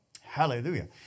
Hallelujah